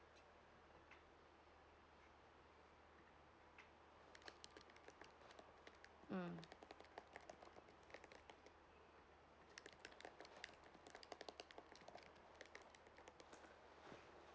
mm